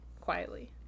quietly